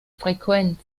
frequenz